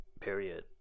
period